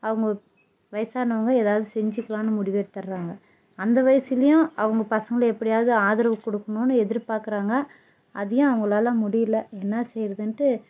அவங்க வயசானவங்க ஏதாவது செஞ்சுக்குலான்னு முடிவு எடுத்தர்றாங்க அந்த வயசுலையும் அவங்க பசங்களை எப்படியாது ஆதரவு கொடுக்கணுன்னு எதிர்பார்க்குறாங்க அதையும் அவங்களால முடியல என்ன செய்யறதுன்ட்டு